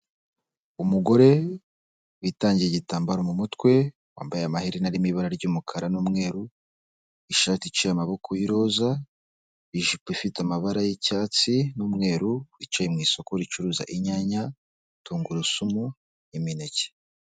Umugore witangiye igitambaro mu mutwe, wambaye amaherena armo ibara ry'umukara n'umweru, ishati iciye amaboko y'iroza, ijipo ifite amabara y'icyatsi n'umweru, yicaye mu isoko ricuruza inyanya, tungurusumu, imineke.